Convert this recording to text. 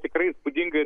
tikrai įspūdingai